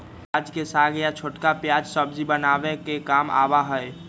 प्याज के साग या छोटका प्याज सब्जी बनावे के काम आवा हई